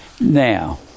Now